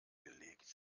gelegt